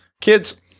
kids